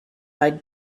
eyed